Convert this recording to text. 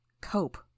Cope